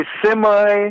semi